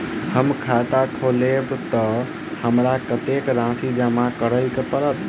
हम खाता खोलेबै तऽ हमरा कत्तेक राशि जमा करऽ पड़त?